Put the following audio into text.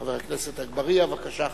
חבר הכנסת אגבאריה, בבקשה.